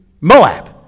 Moab